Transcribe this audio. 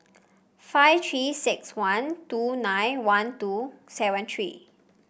five Three six one two nine one two seven three